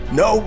no